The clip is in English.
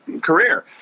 career